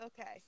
Okay